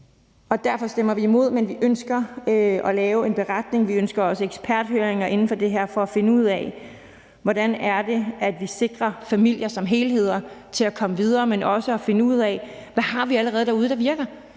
Derfor stemmer vi imod, men vi ønsker at lave en beretning. Vi ønsker også eksperthøringer inden for det her for at finde ud af, hvordan vi sikrer familier som helheder til at komme videre, men også at finde ud af, hvad vi allerede har derude, der virker.